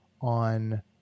on